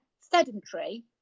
sedentary